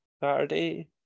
Saturday